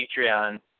Patreon